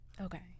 okay